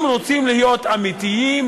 אם רוצים להיות אמיתיים,